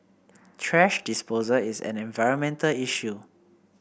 thrash disposal is an environmental issue